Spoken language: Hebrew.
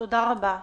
תודה רבה.